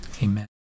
Amen